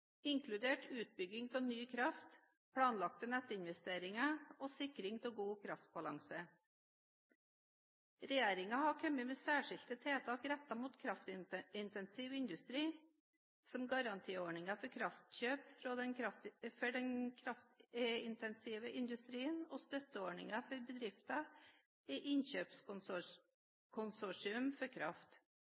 inkludert utbygging av ny kraft, planlagte nettinvesteringer og sikring av god kraftbalanse. Regjeringen har kommet med særskilte tiltak rettet mot kraftintensiv industri, som garantiordningen for kraftkjøp for den kraftintensive industrien og støtteordninger for bedrifter i innkjøpskonsortium for kraft.